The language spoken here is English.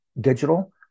digital